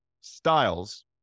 styles